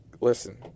listen